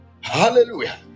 Hallelujah